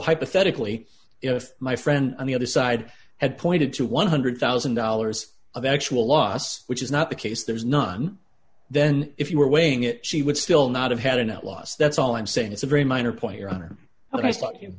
hypothetically if my friend on the other side had pointed to one hundred thousand dollars of actual loss which is not the case there is none then if you were weighing it she would still not have had a net loss that's all i'm saying is a very minor point your honor